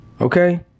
Okay